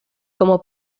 como